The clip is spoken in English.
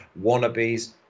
wannabes